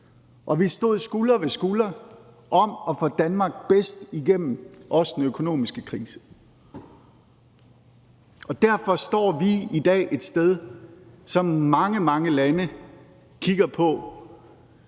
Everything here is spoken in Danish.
og vi stod skulder ved skulder om at få Danmark bedst igennem også den økonomiske krise. Og derfor står vi i dag et sted, som mange, mange lande kigger på